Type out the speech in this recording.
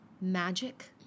magic